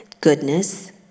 goodness